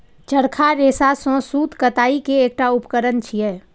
चरखा रेशा सं सूत कताइ के एकटा उपकरण छियै